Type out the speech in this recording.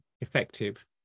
effective